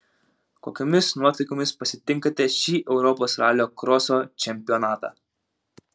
kokiomis nuotaikomis pasitinkate šį europos ralio kroso čempionatą